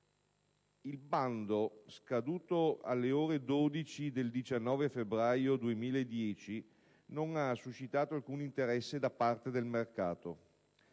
Il bando, scaduto alle ore 12 del 19 febbraio 2010, non ha suscitato alcun interesse da parte del mercato.